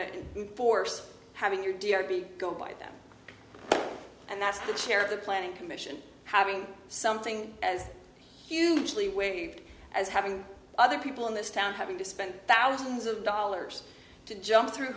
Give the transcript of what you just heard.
for force having your d r p go by them and that's the chair of the planning commission having something as huge leeway as having other people in this town having to spend thousands of dollars to jump through